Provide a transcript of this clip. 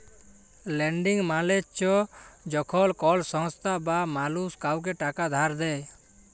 lending মালে চ্ছ যখল কল সংস্থা বা মালুস কাওকে টাকা ধার দেয়